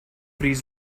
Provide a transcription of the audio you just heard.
freeze